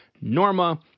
Norma